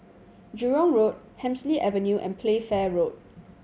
Jurong Road Hemsley Avenue and Playfair Road